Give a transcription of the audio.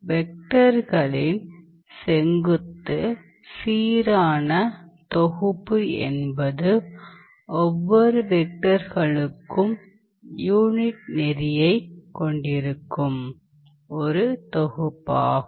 வெக்டர்களின் செங்குத்து சீரானத் தொகுப்பு என்பது ஒவ்வொரு வெக்டர்களுக்கும் யூனிட் நெறியைக் கொண்டிருக்கும் ஒரு தொகுப்பாகும்